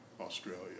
Australia